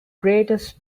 greatest